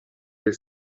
del